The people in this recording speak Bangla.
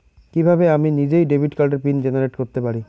কিভাবে আমি নিজেই ডেবিট কার্ডের পিন জেনারেট করতে পারি?